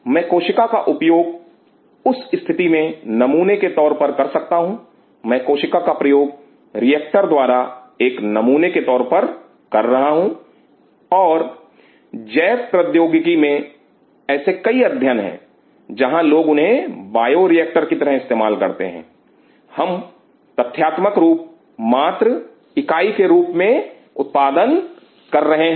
मैं कोशिका का उपयोग उस स्थिति में नमूने के तौर से कर सकता हूं मैं कोशिका का प्रयोग रिएक्टर द्वारा एक नमूने के तौर पर कर रहा हूं और जैव प्रौद्योगिकी में ऐसे कई अध्ययन हैं जहां लोग उन्हें बायोरिएक्टर की तरह इस्तेमाल करते हैं हम तथ्यात्मक रूप मात्र इकाई के रूप में उत्पादन कर रहे हैं